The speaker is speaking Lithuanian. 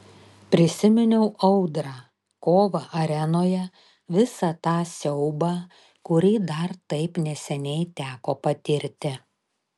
prisiminiau audrą kovą arenoje visą tą siaubą kurį dar taip neseniai teko patirti